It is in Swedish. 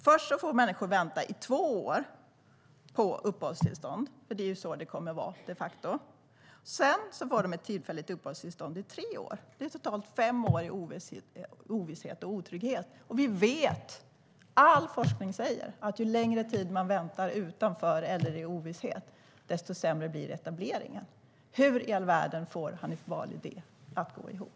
Först får människor vänta i två år på uppehållstillstånd. Det är så det de facto kommer att vara. Sedan får de ett tillfälligt uppehållstillstånd i tre år. Det är totalt fem år i ovisshet och otrygghet. All forskning säger att ju längre tid man väntar utanför eller i ovisshet, desto sämre blir etableringen. Hur i all världen får Hanif Bali det att gå ihop?